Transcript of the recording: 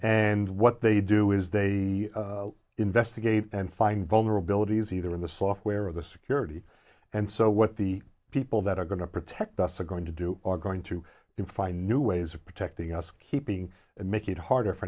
and what they do is they investigate and find vulnerabilities either in the software or the security and so what the people that are going to protect us are going to do are going to in find new ways of protecting us keeping and make it harder for